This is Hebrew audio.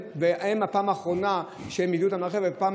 הפעם האחרונה שהם הביאו אותם לרכב והפעם